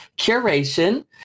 curation